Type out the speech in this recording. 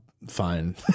fine